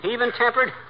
Even-tempered